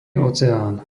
oceán